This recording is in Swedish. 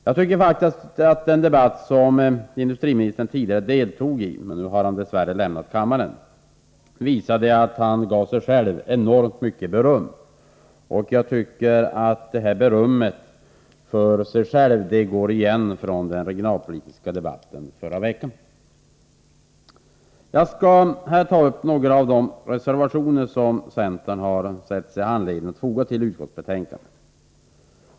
Industriministern har nu dess värre lämnat kammaren, men den debatt som han tidigare deltog i visade tyvärr att han gav sig själv enormt mycket beröm. Detta självberöm går igen från den regionalpolitiska debatten förra veckan. Jag skall här ta upp några av de reservationer som centern ansett sig ha anledning att foga till utskottsbetänkandet.